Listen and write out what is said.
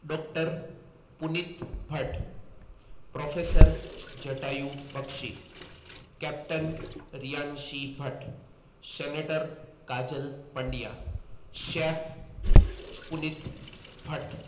doctor Punit Bhatt professor Jatayu Bakshi captain Riyanshi Bhatt senator Kajal Pandya chef Punit Bhatt